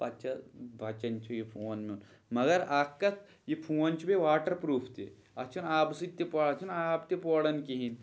پَتہٕ چھِ بَچَن چھُ یہِ فون میون مگر اَکھ کَتھ یہِ فون چھِ بیٚیہِ واٹَر پرٛوٗپھ تہِ اَتھ چھُنہٕ آبہٕ سۭتۍ تہِ پَ اَتھ چھِنہٕ آب تہِ پوران کِہیٖنۍ